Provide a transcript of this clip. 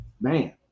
man